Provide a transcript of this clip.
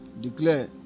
Declare